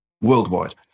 worldwide